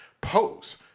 pose